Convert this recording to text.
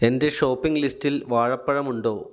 എന്റെ ഷോപ്പിംഗ് ലിസ്റ്റിൽ വാഴപ്പഴമുണ്ടോ